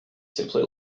simply